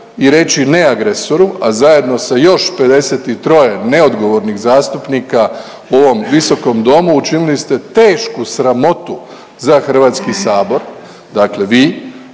i reći ne agresoru, a zajedno sa još 53 neodgovornih zastupnika u ovom Visokom domu učinili ste tešku sramotu za Hrvatski sabor. Dakle vi